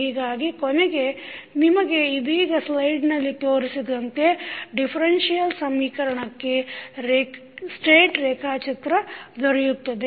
ಹೀಗಾಗಿ ಕೊನೆಗೆ ನಿಮಗೆ ಇದೀಗ ಸ್ಲೈಡ್ನಲ್ಲಿ ತೋರಿಸಿದಂತೆ ದಿಫರೆನ್ಸಿಯಲ್ ಸಮೀಕರಣಕ್ಕೆ ಸ್ಟೇಟ್ ರೇಖಾಚಿತ್ರ ದೊರೆಯುತ್ತದೆ